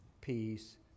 Peace